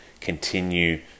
continue